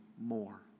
more